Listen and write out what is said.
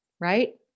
right